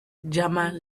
german